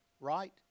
Right